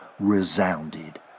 resounded